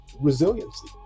resiliency